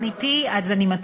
לא, אמיתי, אני רוצה לדעת.